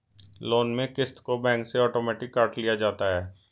loan में क़िस्त को बैंक से आटोमेटिक काट लिया जाता है